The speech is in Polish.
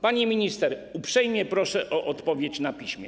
Pani minister, uprzejmie proszę o odpowiedź na piśmie.